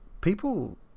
people